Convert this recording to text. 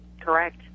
Correct